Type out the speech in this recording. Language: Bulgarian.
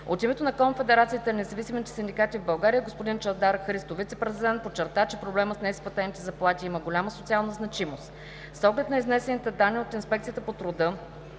От името на Конфедерацията на независимите синдикати в България господин Чавдар Христов – вицепрезидент, подчерта, че проблемът с неизплатените заплати в България има голяма социална значимост. С оглед на изнесените данни от Инспекцията по труда